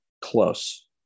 close